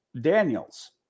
Daniels